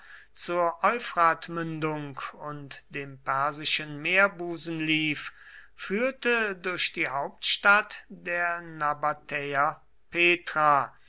zur euphratmündung und dem persischen meerbusen lief führte durch die hauptstadt der nabatäer petra